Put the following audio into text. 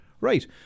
Right